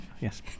Yes